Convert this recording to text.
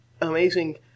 amazing